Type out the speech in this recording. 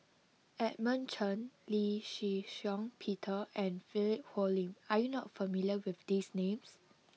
Edmund Chen Lee Shih Shiong Peter and Philip Hoalim are you not familiar with these names